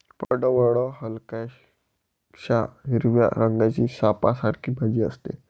पडवळ हलक्याशा हिरव्या रंगाची सापासारखी भाजी असते